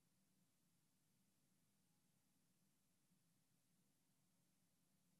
אינו נוכח